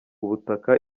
ubutaka